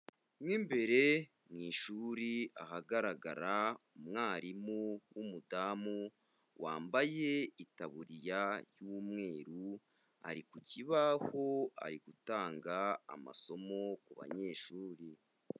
Mo imbere mu ishuri, ahagaragara umwarimu w'umudamu wambaye itaburiya y'umweru, ari ku kibaho ari gutanga amasomo ku banyeshuri.